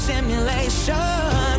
Simulation